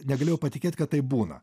negalėjau patikėt kad taip būna